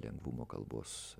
lengvumo kalbos